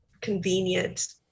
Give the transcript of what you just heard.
convenient